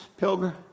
Pilger